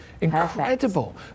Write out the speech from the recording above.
incredible